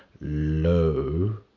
low